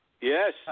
Yes